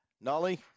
Nolly